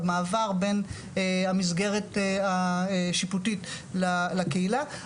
המעבר בין המסגרת השיפוטית לקהילה,